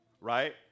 right